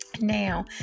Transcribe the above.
Now